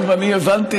אם הבנתי נכון?